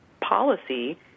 policy